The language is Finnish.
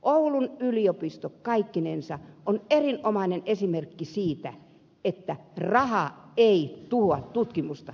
oulun yliopisto kaikkinensa on erinomainen esimerkki siitä että raha ei tuhoa tutkimusta